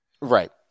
Right